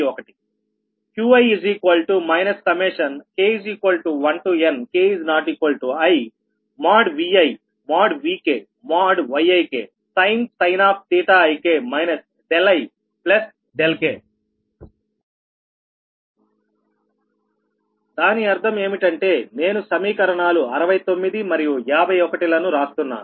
Qi k1 k≠inViVkYiksin ik ik దాని అర్థం ఏమిటంటే నేను సమీకరణాలు 69 మరియు 51 లను రాస్తున్నాను